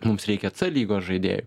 mums reikia c lygos žaidėjų